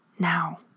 now